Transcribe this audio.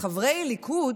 חברי הליכוד